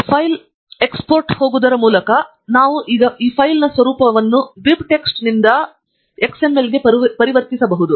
file ಎಕ್ಸ್ಪೋರ್ಟ್ಗೆ ಹೋಗುವುದರ ಮೂಲಕ ನಾವು ಈಗ ಈ ಫೈಲ್ನ ಸ್ವರೂಪವನ್ನು BibTeX ನಿಂದ XML ಗೆ ಪರಿವರ್ತಿಸಬಹುದು